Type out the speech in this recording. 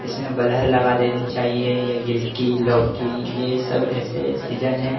इसमें बलहर लगा देनी चाहिए या गिलकी लौकी यह सब ऐसे सीजन हैं